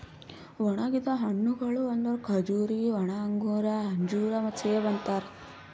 ಒಣುಗಿದ್ ಹಣ್ಣಗೊಳ್ ಅಂದುರ್ ಖಜೂರಿ, ಒಣ ಅಂಗೂರ, ಅಂಜೂರ ಮತ್ತ ಸೇಬು ಅಂತಾರ್